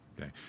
Okay